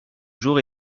jour